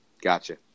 Gotcha